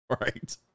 Right